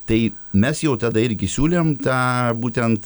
tai mes jau tada irgi siūlėm tą būtent